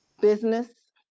business